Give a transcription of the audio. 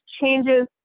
changes